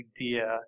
idea